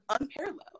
unparalleled